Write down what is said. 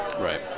Right